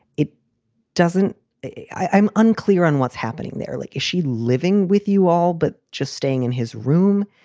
it doesn't i'm unclear on what's happening there. like is she living with you all? but just staying in his room?